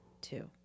two